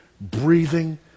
breathing